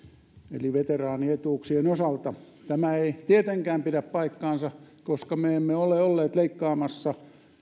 eli veteraanietuuksien osalta tämä ei tietenkään pidä paikkaansa koska me emme ole olleet mukana leikkaamassa